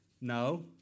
No